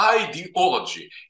ideology